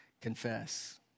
confess